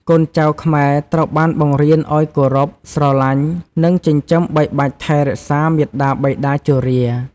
កូនចៅខ្មែរត្រូវបានបង្រៀនឱ្យគោរព ស្រឡាញ់ និងចិញ្ចឹមបីបាច់ថែរក្សាមាតាបិតាជរា។